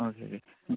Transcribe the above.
okay okay